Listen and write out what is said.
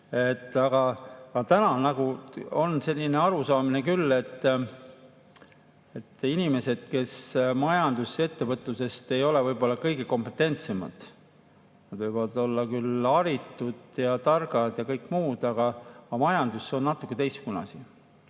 Aga täna on selline arusaamine küll, et inimesed, kes majanduses, ettevõtluses ei ole võib-olla kõige kompetentsemad … Nad võivad olla küll haritud ja targad ja kõike muud, aga majandus on natukene teistsugune